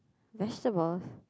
vegetable